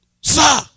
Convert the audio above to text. Sir